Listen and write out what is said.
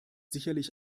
sicherlich